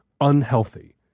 unhealthy